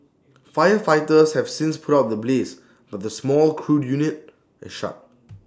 firefighters have since put out the blaze but the small crude unit is shut